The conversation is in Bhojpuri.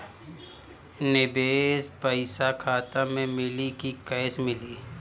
निवेश पइसा खाता में मिली कि कैश मिली?